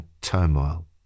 turmoil